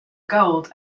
gold